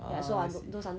ah I see